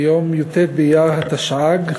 ביום י"ט באייר התשע"ג,